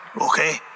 Okay